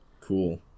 Cool